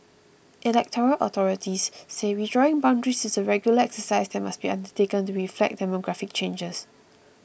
electoral authorities say redrawing boundaries is a regular exercise that must be undertaken to reflect demographic changes